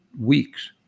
weeks